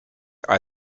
are